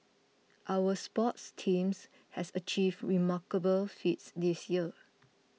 our sports teams have achieved remarkable feats this year